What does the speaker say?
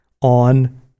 on